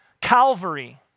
Calvary